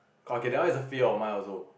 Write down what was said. okay that one is a fear of mind also